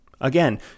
Again